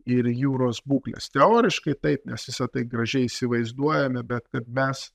ir jūros būklės teoriškai taip mes visa tai gražiai įsivaizduojame bet kad mes